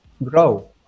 grow